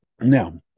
Now